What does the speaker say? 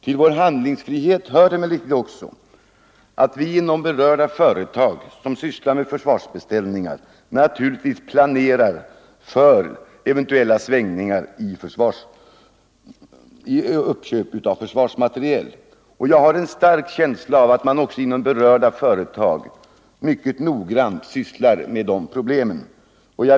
Till vår handlingsfrihet hör givetvis också att berörda företag, som sysslar med försvarsbeställningar, planerar för eventuella svängningar när det gäller uppköp av försvarsmateriel. Jag har en stark känsla av att man också inom dessa företag mycket noggrant behandlar dessa problem.